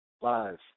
lives